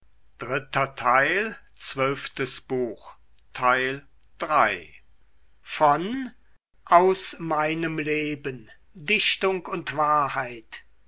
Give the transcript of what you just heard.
goethe aus meinem leben dichtung und wahrheit